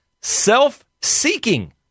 self-seeking